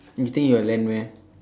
you think he will lend meh